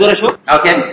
Okay